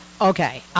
Okay